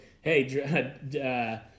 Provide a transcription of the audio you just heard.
hey